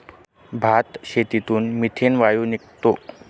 भातशेतीतून मिथेन वायू निघतो